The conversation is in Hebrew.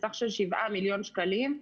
בסך של שבעה מיליון שקלים.